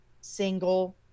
single